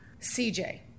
CJ